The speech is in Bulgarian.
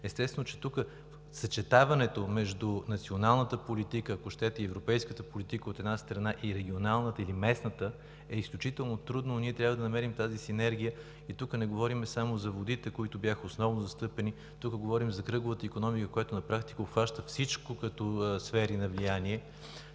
Естествено, че тук съчетаването между националната политика, ако щете и европейската политика, от една страна, и регионалната или местната, е изключително трудно. Ние трябва да намерим тази синегрия и тук не говорим само за водите, които бяха основно застъпени, тук говорим за кръговата икономика, която на практика обхваща всички сфери на влияние.